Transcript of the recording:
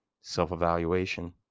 self-evaluation